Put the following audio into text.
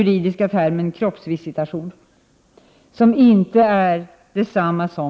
För att få göra detta måste det finnas anledning att anta att en person underlåter att visa upp medförda handlingar.